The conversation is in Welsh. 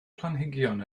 planhigion